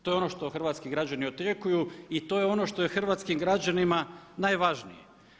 To je ono što hrvatski građani očekuju i to je ono što je hrvatskim građanima najvažnije.